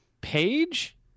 page